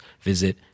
visit